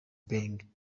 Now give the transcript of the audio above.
being